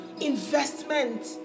investment